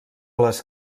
les